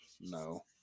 no